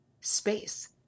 space